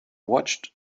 watched